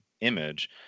image